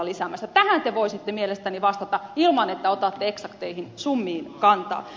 tähän te voisitte mielestäni vastata ilman että otatte eksakteihin summiin kantaa